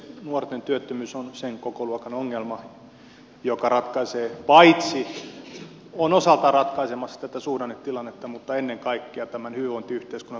nuorten työttömyys on sen kokoluokan ongelma joka on osaltaan ratkaisemassa tätä suhdannetilannetta mutta ennen kaikkea tämän hyvinvointiyhteiskunnan tulevaisuuden kannalta